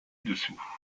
dessous